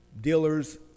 dealers